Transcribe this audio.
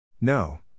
No